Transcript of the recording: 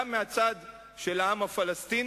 גם מהצד של העם הפלסטיני,